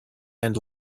and